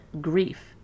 grief